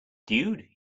dude